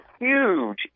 huge